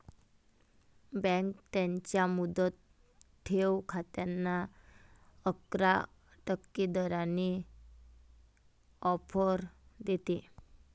bank त्यांच्या मुदत ठेव खात्यांना अकरा टक्के दराने ऑफर देते